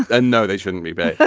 and no, they shouldn't be but yeah